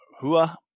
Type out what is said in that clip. Hua